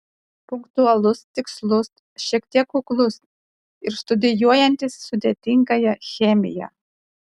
punktualus tikslus šiek tiek kuklus ir studijuojantis sudėtingąją chemiją